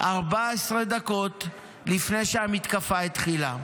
14 דקות לפני שהמתקפה התחילה.